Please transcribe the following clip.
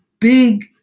big